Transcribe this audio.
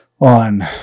on